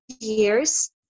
years